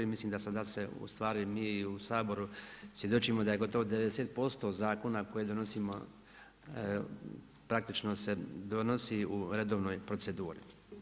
I mislim da sada se ustvari mi u Saboru svjedočimo da je gotovo 90% zakona koje donosimo praktično se donosi u redovnoj proceduri.